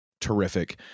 terrific